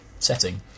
setting